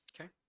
Okay